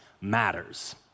matters